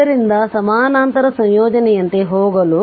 ಆದ್ದರಿಂದ ಸಮಾನಾಂತರ ಸಂಯೋಜನೆಯಂತೆ ಹೋಗಲು